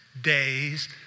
Days